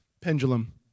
pendulum